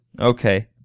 Okay